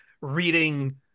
reading